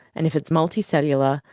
and if it's multicellular,